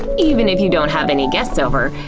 even if you don't have any guests over,